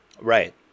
Right